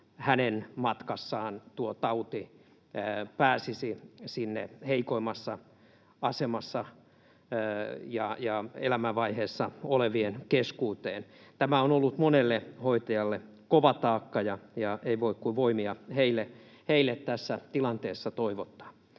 hänen matkassaan tuo tauti pääsisi sinne heikoimmassa asemassa ja elämänvaiheessa olevien keskuuteen. Tämä on ollut monelle hoitajalle kova taakka, ja ei voi kuin voimia heille tässä tilanteessa toivottaa.